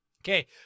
Okay